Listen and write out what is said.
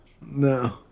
no